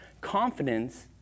confidence